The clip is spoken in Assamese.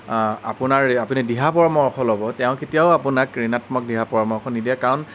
আপোনাৰ আপুনি দিহা পৰামৰ্শ ল'ব তেওঁ কেতিয়াও আপোনাক ঋণাত্মক দিহা পৰামৰ্শ নিদিয়ে কাৰণ